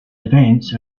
events